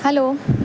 hello